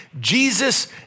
Jesus